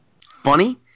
funny